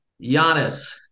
Giannis